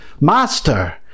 Master